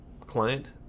client